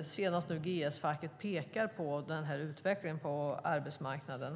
och senast GS-facket har pekat på den här utvecklingen på arbetsmarknaden.